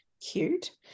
Cute